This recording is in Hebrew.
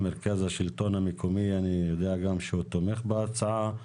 אני יודע שגם מרכז השלטון המקומי תומך בהצעה.